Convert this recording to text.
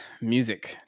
music